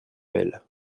belle